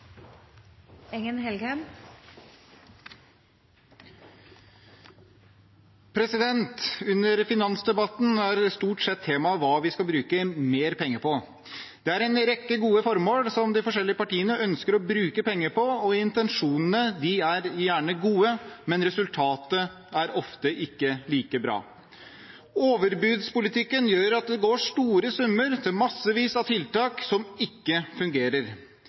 stort sett temaet hva vi skal bruke mer penger på. Det er en rekke gode formål som de forskjellige partiene ønsker å bruke penger på, og intensjonene er gjerne gode, men resultatet er ofte ikke like bra. Overbudspolitikken gjør at det går store summer til massevis av tiltak som ikke fungerer.